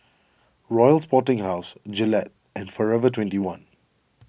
Royal Sporting House Gillette and forever twenty one